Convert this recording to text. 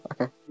okay